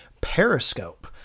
Periscope